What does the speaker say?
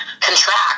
contract